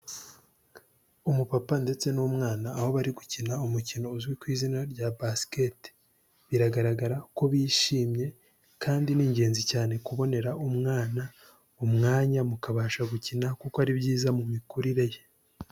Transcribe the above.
Umupapa ndetse n'umwana aho bari gukina umukino uzwi ku izina rya basiketi, biragaragara ko bishimye kandi ni ingenzi cyane kubonera umwana, umwanya mukabasha gukina kuko ari byiza mu mikurire ye.